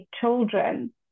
children